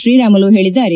ಶ್ರೀರಾಮಲು ಹೇಳಿದ್ದಾರೆ